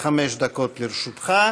עד חמש דקות לרשותך.